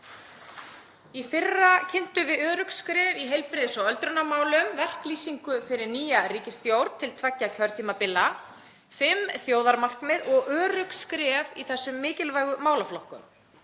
Í fyrra kynntum við örugg skref í heilbrigðis- og öldrunarmálum, verklýsingu fyrir nýja ríkisstjórn til tveggja kjörtímabila, fimm þjóðarmarkmið og örugg skref í þessum mikilvægu málaflokkum.